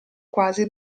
quasi